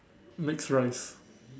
mixed rice